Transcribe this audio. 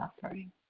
suffering